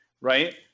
right